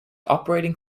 operating